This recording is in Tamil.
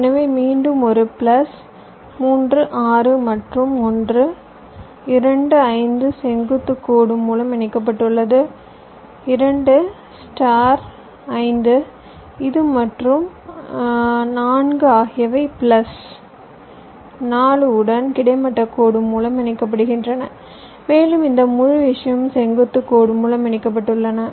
எனவே மீண்டும் ஒரு பிளஸ் 3 6 மற்றும் 1 2 5 செங்குத்து கோடு மூலம் இணைக்கப்பட்டுள்ளது 2 ஸ்டார் 5 இது மற்றும் 4 ஆகியவை பிளஸ் 4 உடன் கிடைமட்ட கோடு மூலம் இணைக்கப்படுகின்றன மேலும் இந்த முழு விஷயமும் செங்குத்து கோடு மூலம் இணைக்கப்பட்டுள்ளன